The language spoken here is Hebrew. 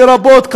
לרבות,